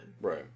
right